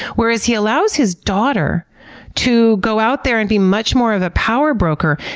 whereas he allows his daughter to go out there and be much more of a power broker.